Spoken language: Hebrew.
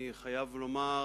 אני חייב לומר